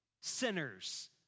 sinners